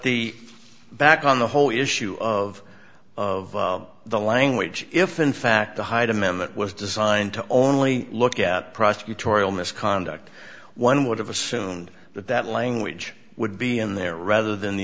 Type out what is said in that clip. the back on the whole issue of of the language if in fact the hyde amendment was designed to only look at prosecutorial misconduct one would have assumed that that language would be in there rather than the